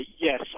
Yes